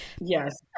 yes